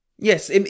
Yes